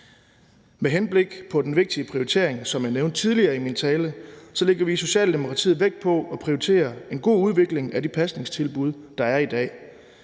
Med henblik på den vigtige prioritering, som jeg nævnte tidligere i min tale, lægger vi i Socialdemokratiet vægt på at prioritere en god udvikling af de pasningstilbud, der er i dag.